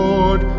Lord